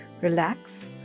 Relax